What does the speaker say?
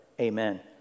Amen